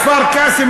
את כפר-קאסם,